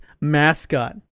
mascot